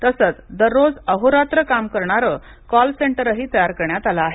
तसंच दररोज अहोरात्र काम करणारं कॉल सेंटरही तयार करण्यात आलं आहे